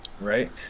right